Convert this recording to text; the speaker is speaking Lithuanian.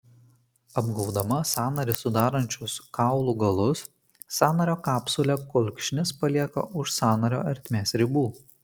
apgaubdama sąnarį sudarančius kaulų galus sąnario kapsulė kulkšnis palieka už sąnario ertmės ribų